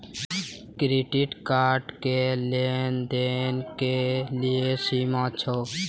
Credit card के लेन देन के की सीमा छै?